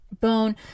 bone